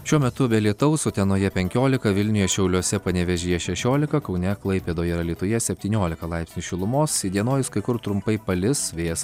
šiuo metu be lietaus utenoje penkiolika vilniuje šiauliuose panevėžyje šešiolika kaune klaipėdoje ir alytuje septyniolika laipsnių šilumos įdienojus kai kur trumpai palis vėjas